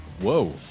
Whoa